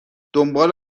دنبال